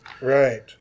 Right